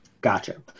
Gotcha